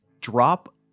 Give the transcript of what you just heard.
drop